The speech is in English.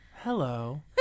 hello